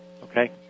Okay